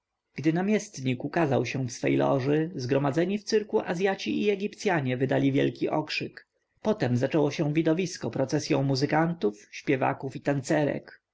gdy namiestnik ukazał się w swej loży zgromadzeni w cyrku azjaci i egipcjanie wydali wielki krzyk potem zaczęło się widowisko procesją muzyków śpiewaków i tancerek